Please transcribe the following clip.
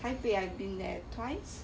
taipei I've been there twice